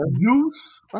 Juice